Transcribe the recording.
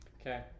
okay